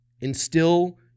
instill